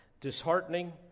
disheartening